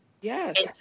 yes